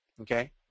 okay